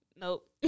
Nope